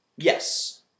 Yes